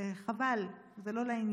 זה חבל, זה לא לעניין.